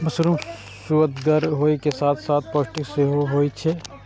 mushroom सुअदगर होइ के साथ साथ पौष्टिक सेहो होइ छै